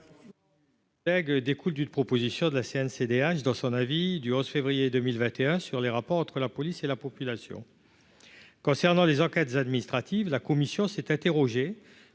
Roche. Découle d'une proposition de la Cncdh dans son avis du 11 février 2021 sur les rapports entre la police et la population concernant les enquêtes administratives, la commission s'est interrogé